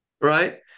Right